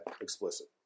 explicit